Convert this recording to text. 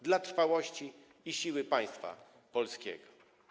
Dla trwałości i siły państwa polskiego.